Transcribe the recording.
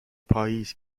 پائیز